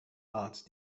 art